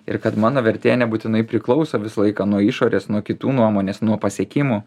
ir kad mano vertė nebūtinai priklauso visą laiką nuo išorės nuo kitų nuomonės nuo pasiekimų